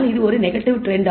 இது ஒரு negative trend